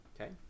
Okay